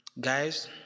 Guys